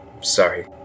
Sorry